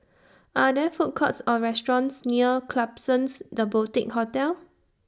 Are There Food Courts Or restaurants near Klapsons The Boutique Hotel